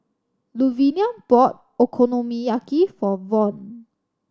Luvinia bought Okonomiyaki for Von